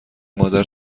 مادر